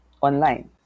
online